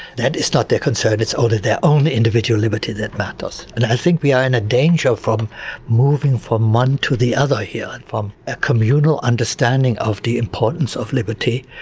that is not their concern, it's only their own individual liberty that matters. and i think we are in a danger from moving from one to the other here and from a communal understanding of the importance of liberty,